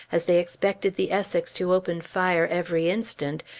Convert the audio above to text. as they expected the essex to open fire every instant,